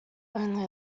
only